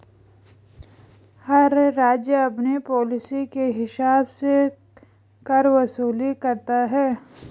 हर राज्य अपनी पॉलिसी के हिसाब से कर वसूली करता है